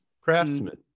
craftsman